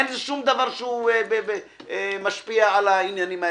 אין שום דבר שמשפיע על העניינים.